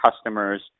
customers